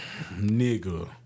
nigga